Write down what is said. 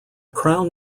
crown